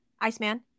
Iceman